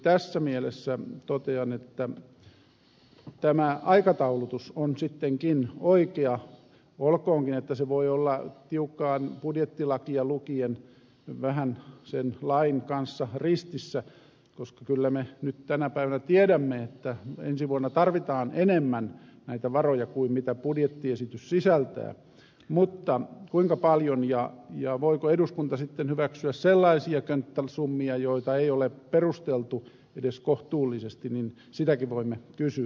tässä mielessä totean että tämä aikataulutus on sittenkin oikea olkoonkin että se voi olla tiukkaan budjettilakia lukien vähän sen lain kanssa ristissä koska kyllä me nyt tänä päivänä tiedämme että ensi vuonna tarvitaan enemmän varoja kuin mitä budjettiesitys sisältää mutta kuinka paljon ja voiko eduskunta hyväksyä sellaisia könttäsummia joita ei ole perusteltu edes kohtuullisesti sitäkin voimme kysyä